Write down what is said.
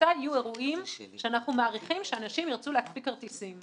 מתי יהיו אירועים שאנחנו מעריכים שאנשים ירצו להקפיא כרטיסים,